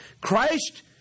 Christ